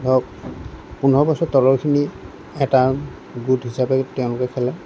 ধৰক পোন্ধৰ বছৰ তলৰখিনি এটা গোট হিচাপে তেওঁলোকে খেলে